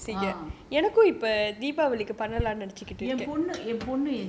uh